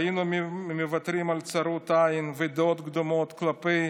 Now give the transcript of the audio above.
והיינו מוותרים על צרות עין ודעות קדומות כלפי